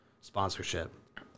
sponsorship